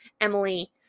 emily